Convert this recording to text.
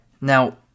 Now